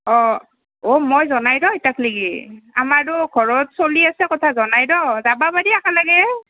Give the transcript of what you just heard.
অঁ ওৱ মই জনাই নাই ৰ ইতাক লেগি আমাৰো ঘৰত চলি আছে ক'তাই জনাই নাই ৰ' যাব পাৰি একেলগে